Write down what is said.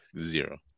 zero